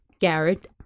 Garrett